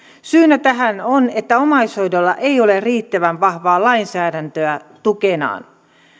syynä tähän on että omaishoidolla ei ole riittävän vahvaa lainsäädäntöä tukenaan